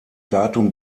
datum